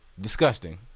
Disgusting